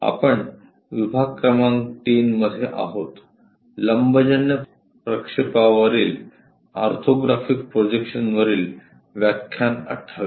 आपण विभाग क्रमांक 3 मध्ये आहोत लंबजन्य प्रक्षेपावरील ऑर्थोग्राफिक प्रोजेक्शनवरील व्याख्यान 28